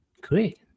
Great